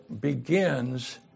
begins